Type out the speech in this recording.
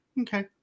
okay